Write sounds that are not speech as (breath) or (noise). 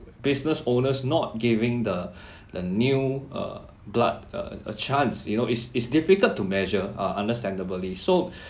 business owners not giving the (breath) the new uh blood uh a chance you know it's it's difficult to measure uh understandably so (breath)